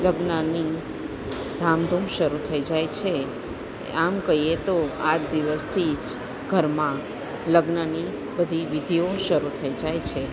લગ્નની ધામધૂમ શરૂ થઈ જાય છે આમ કહીએ તો આ જ દિવસથી જ ઘરમાં લગ્નની બધી વિધિઓ શરૂ થઈ જાય છે